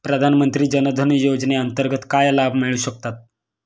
प्रधानमंत्री जनधन योजनेअंतर्गत काय लाभ मिळू शकतात?